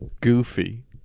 Goofy